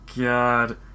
god